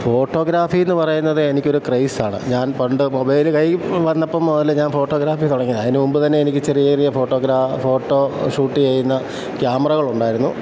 ഫോട്ടോഗ്രാഫിയെന്ന് പറയുന്നത് എനിക്കൊരു ക്രയ്സാണ് ഞാൻ പണ്ട് മൊബൈല് കൈ വന്നപ്പം മുതൽ ഞാൻ ഫോട്ടോഗ്രാഫി തുടങ്ങിയതാ അതിനുമുപ് തന്നെ എനിക്ക് ചെറിയ ചെറിയ ഫോട്ടോഗ്രാഫ് ഫോട്ടോ ഷൂട്ട് ചെയ്യുന്ന ക്യാമറകൾ ഉണ്ടായിരുന്നു